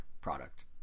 product